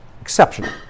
exceptional